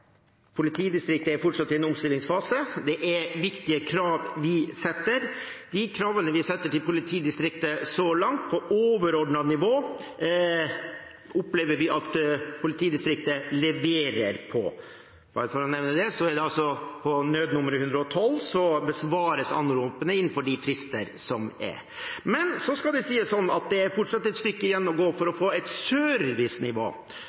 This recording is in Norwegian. Politidistriktet er fortsatt i en omstillingsfase. Det er viktige krav vi stiller. De kravene vi stiller til politidistriktet så langt, på overordnet nivå, opplever vi at politidistriktet leverer på. Bare for å nevne det: På nødnummeret 112 besvares anropene innenfor de frister som er. Så skal det sies at det fortsatt er et stykke igjen for å